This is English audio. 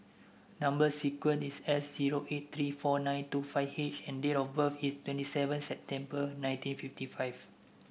number sequence is S zero eight three four nine two five H and date of birth is twenty seven September nineteen fifty five